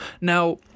Now